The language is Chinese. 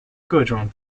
各种